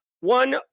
one